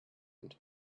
but